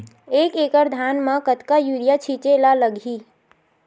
एक एकड़ धान में कतका यूरिया छिंचे ला लगही?